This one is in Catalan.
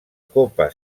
copa